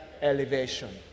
elevation